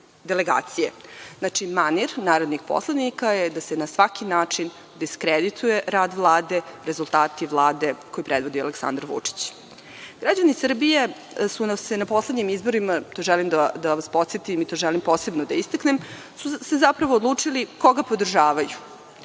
delegacije. Znači, manir narodnih poslanika je da se na svaki način diskredituje rad Vlade, rezultati Vlade koju predvodi Aleksandar Vučić. Građani Srbije su se na poslednjim izborima, to želim da vas podsetim i to želim posebno da istaknem, su se odlučili koga podržavaju.